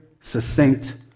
succinct